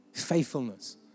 faithfulness